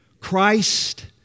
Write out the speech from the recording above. Christ